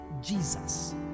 Jesus